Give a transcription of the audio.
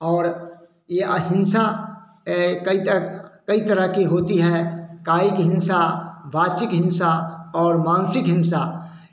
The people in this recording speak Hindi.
और यह अहिंसा कहीं तर की तरह के होते हैं काहे कि हिंसा वाचिक हिंसा और मानसिक हिंसा